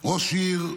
ראש עיר,